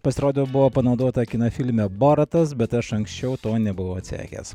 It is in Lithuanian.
pasirodo buvo panaudota kino filme boratas bet aš anksčiau to nebuvau atsekęs